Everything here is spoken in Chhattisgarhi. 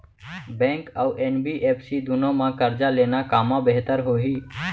बैंक अऊ एन.बी.एफ.सी दूनो मा करजा लेना कामा बेहतर होही?